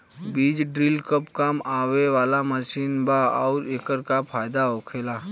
बीज ड्रील कब काम आवे वाला मशीन बा आऊर एकर का फायदा होखेला?